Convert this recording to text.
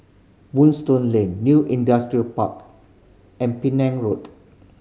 Moonstone Lane New Industrial Park and Penang Road